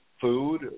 food